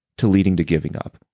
to leading to giving up.